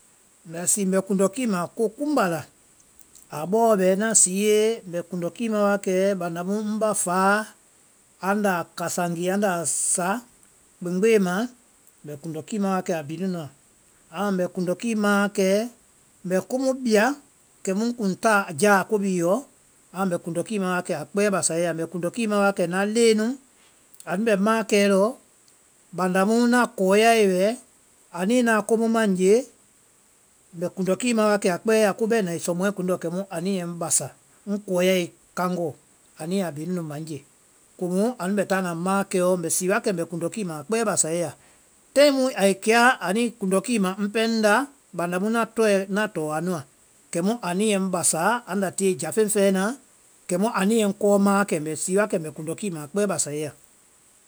Mbɛ sii mbɛ kundɔkii ma wa kɛ ko kuŋmbá la, a bɔɔ bɛ na siee mbɛ kundɔkii ma wa banda mu ŋ bá faa amu anda a kásagii anda a sa kpeŋgbé ma, mbɛ kundɔkii ma wa kɛ a bhii nu nua, amu mbɛ kundɔkii ma wa kɛ komu mbɛ a bia, kɛ ŋ kuŋ taa jáa ko bhii yɔ, amu mbɛ kundɔkii ma wa kɛ a kpɛɛ basae ya. Mbɛ kundɔkii ma wa kɛ na leŋɛ nu anu bɛ mãakɛɛ lɔɔ. banda mu na koɔ́yae wɛ, anuĩ naa ko mu maã ŋ nye, mbɛ kundɔkii ma wa a kpɛɛ ya, ko bɛna i sɔ mɔɛ kuŋndɔ kɛmu anu ye ŋ bása, ŋ kɔyae kaŋgɔɔ anu ya a bhii ma ŋye. Komu anu bɛ tana maãkɛɔ mbɛ sii wa kɛ mbɛ kundɔkii ma wa kɛ a kpɛɛ basae ya, tai mu ai kea anuĩ kundɔkii ma ŋ pɛɛ ŋnda, banda mu na tɔɛ-an tɔ́ɔ anuã, kɛmu nu ye ŋ basaa, anda tie jáfeŋ fɛɛ na, kɛ mu anu ye ŋ kɔ́ɔ́ maãkɛ, mbɛ sii wa kɛ mbɛ kundɔkii ma a kpɛɛ basae ya.